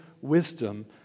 wisdom